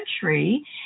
country